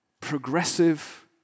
progressive